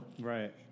Right